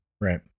right